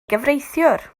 gyfreithiwr